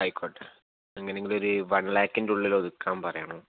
ആയിക്കോട്ടെ അങ്ങനെയെങ്കിൽ ഒരു വൺ ലാഖിന്റെ ഉള്ളിലൊതുക്കാൻ പറയണം